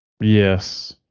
Yes